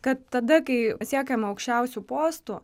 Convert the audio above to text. kad tada kai pasiekiama aukščiausių postų